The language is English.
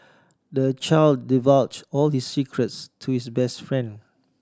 the child divulged all his secrets to his best friend